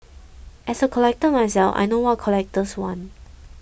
as a collector myself I know what collectors want